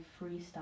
freestyle